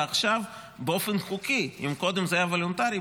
ואם קודם זה היה וולונטרי,